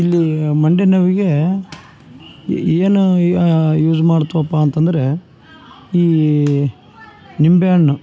ಇಲ್ಲಿ ಮಂಡಿ ನೋವಿಗೆ ಏನು ಆ ಯೂಸ್ ಮಾಡ್ತೀವಪ್ಪ ಅಂತಂದರೆ ಈ ನಿಂಬೆಹಣ್ಣು